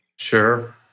Sure